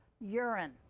urine